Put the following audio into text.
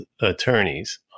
attorneys